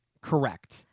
Correct